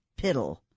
piddle